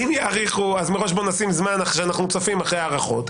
בואו מראש נשים זמן שאנחנו צופים אחרי ההארכות.